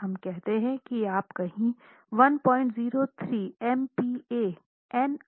हम कहते हैं कि आप कहीं 103 MPa N